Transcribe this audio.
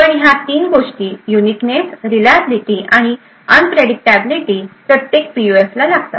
पण ह्या तीन गोष्टी युनिकनेस रीलाबलीटी आणि अनप्रेडिक्टाबलीटी प्रत्येक पीयूएफला लागतात